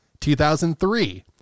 2003